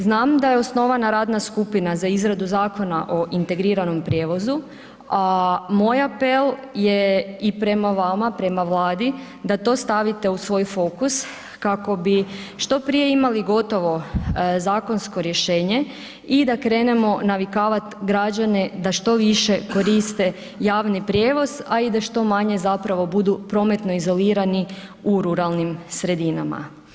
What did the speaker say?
Znam da je osnovana radna skupina za izradu Zakon o integriranom prijevozu, moj apel je i prema vama, prema Vladi, da to stavite u svoj fokus kako bi što prije imali gotovo zakonsko rješenje i da krenemo navikavati građane da što više koriste javni prijevoz, a i da što manje zapravo budu prometno izolirani u ruralnim sredinama.